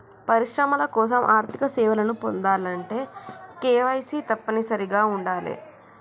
పరిశ్రమల కోసం ఆర్థిక సేవలను పొందాలంటే కేవైసీ తప్పనిసరిగా ఉండాలే